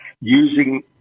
using